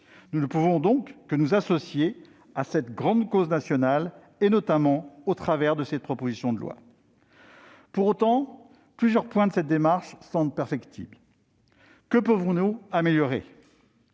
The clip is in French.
enfin consacrées et nous associer à cette grande cause nationale, notamment au travers de cette proposition de loi. Pour autant, plusieurs points de cette démarche sont perfectibles. Que pouvons-nous améliorer ?